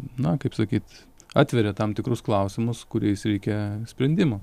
na kaip sakyt atveria tam tikrus klausimus kuriais reikia sprendimo